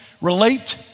relate